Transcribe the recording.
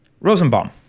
Rosenbaum